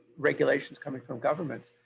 regulations coming from governments.